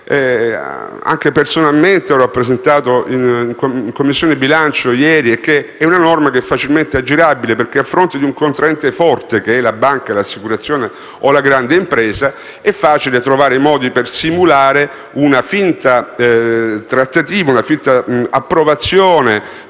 Personalmente ieri ho rappresentato in Commissione bilancio che si tratta di una norma facilmente aggirabile; infatti, a fronte di un contraente forte (la banca, l'assicurazione, la grande impresa), è facile trovare i modi per simulare una finta trattativa, una finta approvazione